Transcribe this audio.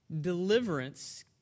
deliverance